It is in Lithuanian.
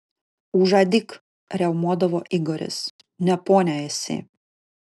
užadyk riaumodavo igoris ne ponia esi